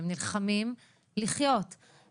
הם נלחמים לחיות,